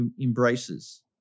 embraces